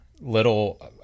little